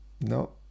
no